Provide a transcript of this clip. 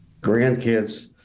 grandkids